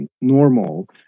normal